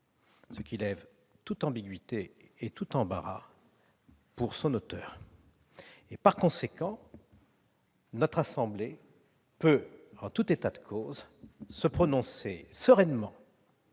ce qui lève toute ambiguïté et tout embarras pour son auteur. Par conséquent, notre assemblée peut, en tout état de cause, se prononcer sereinement